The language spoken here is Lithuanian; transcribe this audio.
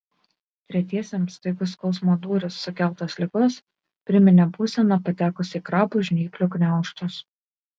tretiesiems staigus skausmo dūris sukeltas ligos priminė būseną patekus į krabo žnyplių gniaužtus